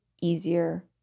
easier